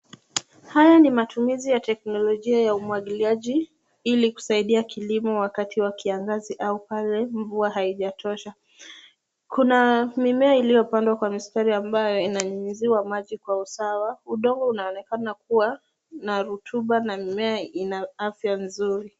Haya ni matumizi ya teknolojia ya umwagiliaji ili kusaidia kilimo wakati wa kiangazi au pale mvua haijatosha. Kuna mimea iliyopandwa kwa mistari inayonyunyiziwa maji kwa usawa. Udongo unaonekana kuwa na rutuba na mimea ina afya nzuri.